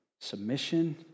submission